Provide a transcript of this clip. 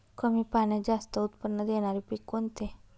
कमी पाण्यात जास्त उत्त्पन्न देणारे पीक कोणते?